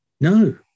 No